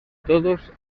todos